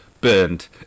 burned